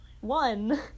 one